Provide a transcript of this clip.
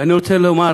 ואני רוצה לומר